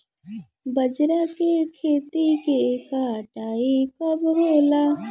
बजरा के खेती के कटाई कब होला?